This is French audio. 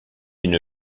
une